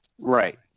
right